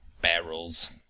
barrels